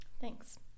Thanks